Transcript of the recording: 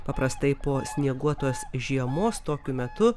paprastai po snieguotos žiemos tokiu metu